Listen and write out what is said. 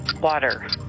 Water